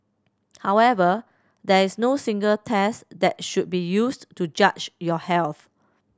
however there is no single test that should be used to judge your health